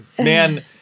man